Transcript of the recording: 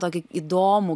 tokį įdomų